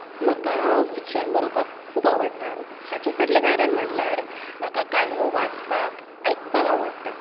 म्हाका फिक्शन बरोवपाक खूब आवडटा हाचे फाटलें कारण म्हणल्यार म्हाका काणयो वाचपाक आयकपाक आवडटा